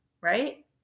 right